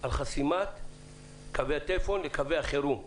חסימת קווי הטלפון וקווי החירום.